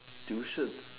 tuition